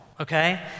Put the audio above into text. okay